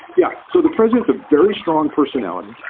yeah, so the president's a very strong personality.